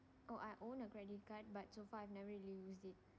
oh I own a credit card but so far I never use it